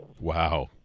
Wow